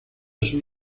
sur